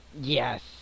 Yes